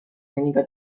única